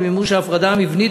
למימוש ההפרדה המבנית,